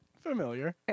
Familiar